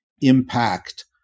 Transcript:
impact